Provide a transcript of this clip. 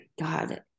God